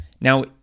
Now